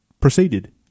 proceeded